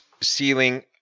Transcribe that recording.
ceiling